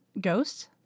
ghosts